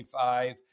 25